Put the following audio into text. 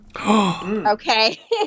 Okay